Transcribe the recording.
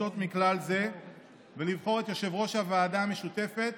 לסטות מכלל זה ולבחור את יושב-ראש הוועדה המשותפת